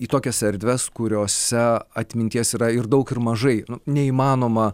į tokias erdves kuriose atminties yra ir daug ir mažai neįmanoma